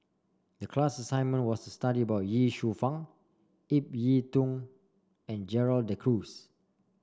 the class assignment was study about Ye Shufang Ip Yiu Tung and Gerald De Cruz